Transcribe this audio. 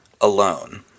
alone